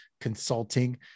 consulting